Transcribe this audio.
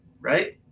Right